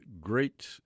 great